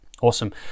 awesome